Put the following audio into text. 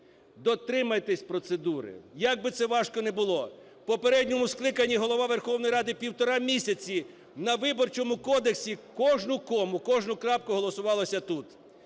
Дотримайтесь процедури, як би це важко не було. В попередньому скликанні Голова Верховної Ради півтора місяці, на Виборчому кодексі кожну кому, кожну крапку голосувалося тут.